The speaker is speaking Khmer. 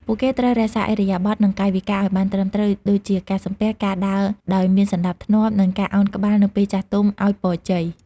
ពួកគេត្រូវរក្សាឥរិយាបថ និងកាយវិការឲ្យបានត្រឹមត្រូវ ដូចជាការ សំពះ ការដើរដោយមានសណ្តាប់ធ្នាប់ និងការឱនក្បាលនៅពេលចាស់ទុំឲ្យពរជ័យ។